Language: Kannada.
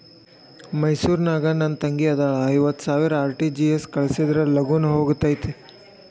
ಮೈಸೂರ್ ನಾಗ ನನ್ ತಂಗಿ ಅದಾಳ ಐವತ್ ಸಾವಿರ ಆರ್.ಟಿ.ಜಿ.ಎಸ್ ಕಳ್ಸಿದ್ರಾ ಲಗೂನ ಹೋಗತೈತ?